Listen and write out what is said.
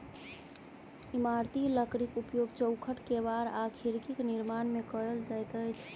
इमारती लकड़ीक उपयोग चौखैट, केबाड़ आ खिड़कीक निर्माण मे कयल जाइत अछि